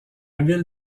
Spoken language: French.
ville